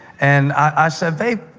and i said, babe,